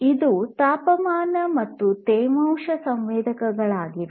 ಇದು ತಾಪಮಾನ ಮತ್ತು ತೇವಾಂಶ ಸಂವೇದಕವಾಗಿದೆ